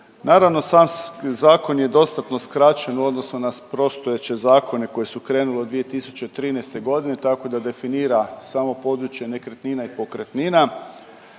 Naravno, sam zakon je dostatno skraćen u odnosu na prostojeće zakone koji su krenuli od 2013. g., tako da definira samo područje nekretnina i pokretnina,